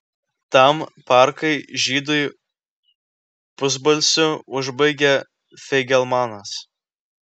tam parkai žydui pusbalsiu užbaigė feigelmanas